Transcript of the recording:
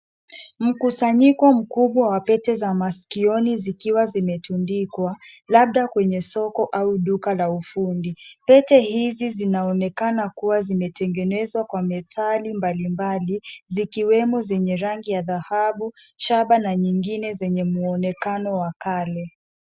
Mkusanyiko mkubwa wa pete za masikioni zikiwa zimetundikwa, labda kwenye soko au duka la ufundi. Pete hizi zinaonekana kuwa zimetengenezwa kwa metali mbalimbali zikiwemo zenye rangi ya dhahabu, shaba na nyingine zenye mwonekano wa kale.